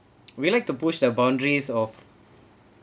we like to push the boundaries of